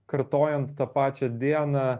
kartojant tą pačią dieną